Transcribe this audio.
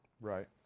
Right